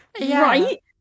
Right